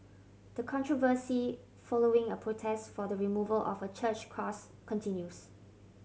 the controversy following a protest for the removal of a church cross continues